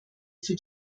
für